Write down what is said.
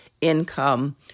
income